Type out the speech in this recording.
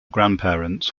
grandparents